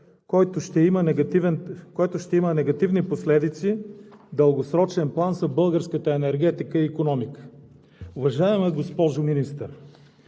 който ще има негативни последици в дългосрочен план за българската енергетика и икономика. Уважаема госпожо Министър,